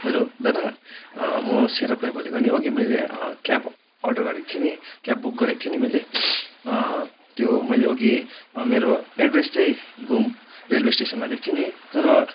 hello दादा म सेरोफ राई बोलेको नि अघि मैले क्याब अर्डर गरेको थिएँ नि क्याब बुक गरेको थिएँ नि मैले त्यो मैले अघि मेरो एड्रेस चाहिँ घुम रेलवे स्टेसनमा दिएको थिएँ नि तर